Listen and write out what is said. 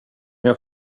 jag